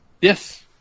Yes